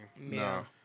No